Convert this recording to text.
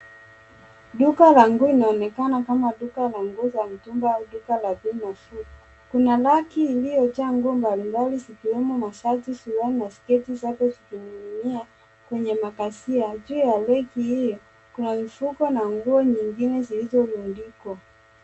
Duka la nguo inaonekana kama duka la nguo za mtumba ama duka la bei nafuu. Kuna raki iliyojaa nguo mbalimbali zikiwemo mashati, suruali na na sketi zote zikining'inia kwenye makasia. Juu ya raki hiyo, kuna mifuko na nguo nyingine zilizorundikwa.